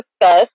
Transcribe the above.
discuss